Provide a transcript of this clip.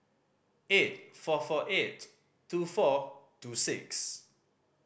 eight four four eight two four two six